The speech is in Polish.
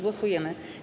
Głosujemy.